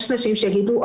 יש נשים שיגידו,